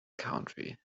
country